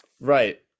Right